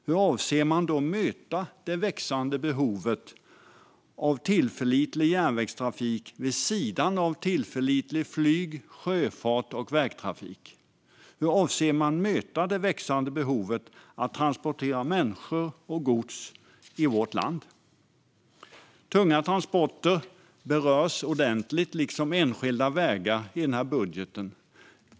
Hur avser man då möta det växande behovet av tillförlitlig järnvägstrafik vid sidan av tillförlitligt flyg, sjöfart och vägtrafik? Hur avser man att möta det växande behovet av att transportera människor och gods i vårt land? Tunga transporter liksom enskilda vägar berörs ordentligt i budgeten.